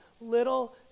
little